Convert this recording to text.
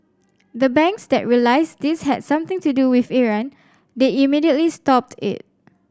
the banks that realised this had something to do with Iran they immediately stopped it